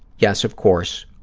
yes, of course,